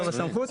לא בסמכות.